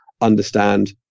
understand